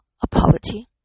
apology